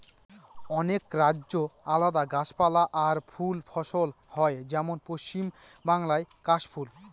অনেক রাজ্যে আলাদা গাছপালা আর ফুল ফসল হয় যেমন পশ্চিম বাংলায় কাশ ফুল